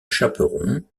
chaperon